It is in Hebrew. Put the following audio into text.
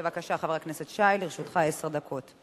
בבקשה, חבר הכנסת שי, לרשותך עשר דקות.